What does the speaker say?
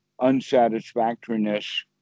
unsatisfactoriness